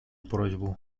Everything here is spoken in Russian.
просьбу